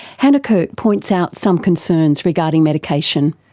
hannah kirk points out some concerns regarding medication.